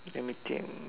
let me think